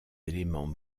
éléments